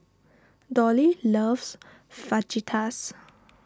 Dolly loves Fajitas